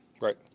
Right